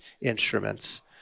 Instruments